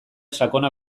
sakona